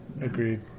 Agreed